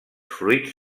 fruits